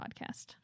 podcast